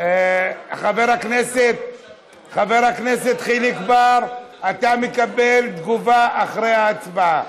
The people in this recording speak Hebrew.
חבר הכנסת חיליק בר, אתה מקבל תגובה אחרי ההצבעה.